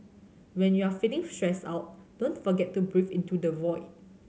when you are feeling stressed out don't forget to breathe into the void